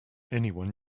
anyone